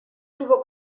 tuvo